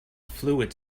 fluid